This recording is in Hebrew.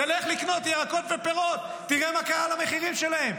תלך לקנות ירקות ופירות ותראה מה קרה למחירים שלהם.